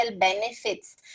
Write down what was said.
benefits